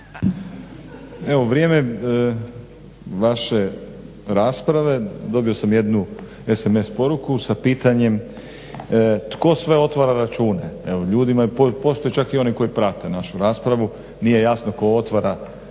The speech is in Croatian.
Evo u vrijeme vaše rasprave dobio sam jednu SMS poruku sa pitanjem tko sve otvara računa. Evo ljudima postoje čak i oni koji prate našu raspravu. Nije jasno tko otvara račune.